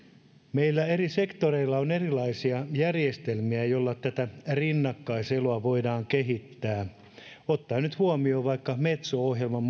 meillä eri sektoreilla on erilaisia järjestelmiä joilla tätä rinnakkaiseloa voidaan kehittää ottaen nyt huomioon vaikka metso ohjelman